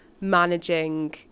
managing